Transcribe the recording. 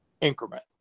increment